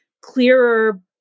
clearer